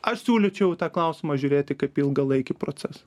aš siūlyčiau į tą klausimą žiūrėti kaip į ilgalaikį procesą